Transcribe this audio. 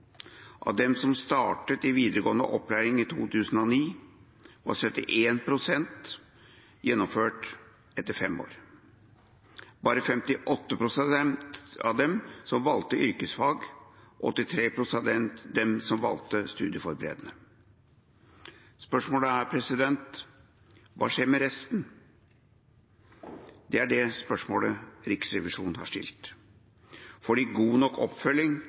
Av dem som startet i videregående opplæring i 2009, hadde 71 pst. gjennomført etter fem år, bare 58 pst. av dem som valgte yrkesfag, og 83 pst. av dem som valgte studieforberedende. Spørsmålet er: Hva skjer med resten? Det er det spørsmålet Riksrevisjonen har stilt. Får de god nok oppfølging